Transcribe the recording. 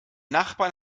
nachbarn